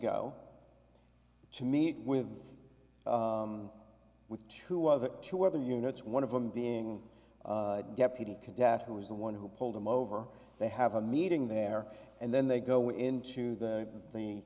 go to meet with with two other two other units one of them being deputy cadet who was the one who pulled him over they have a meeting there and then they go into the the